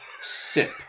Sip